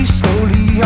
slowly